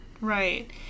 Right